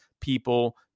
people